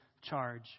charge